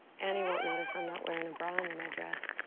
and he won't notice i'm not wearing a bra under my dress.